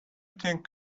think